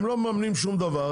הם לא מממנים שום דבר,